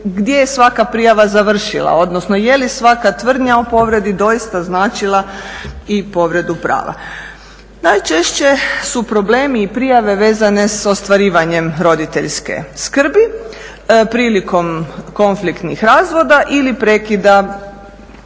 gdje je svaka prijava završila, odnosno je li svaka tvrdnja o povredi doista značila i povredu prava. Najčešće su problemi i prijave vezane s ostvarivanjem roditeljske skrbi prilikom konfliktnih razvoda ili prekida